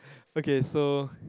okay so